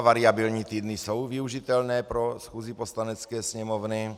Variabilní týdny jsou využitelné pro schůzi Poslanecké sněmovny.